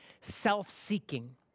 self-seeking